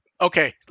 Okay